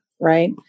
right